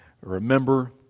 remember